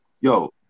Yo